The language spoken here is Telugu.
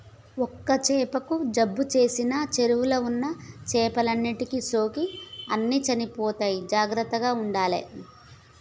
ఒక్క చాపకు జబ్బు చేసిన చెరువుల ఉన్న చేపలన్నిటికి సోకి అన్ని చచ్చిపోతాయి జాగ్రత్తగ ఉండాలే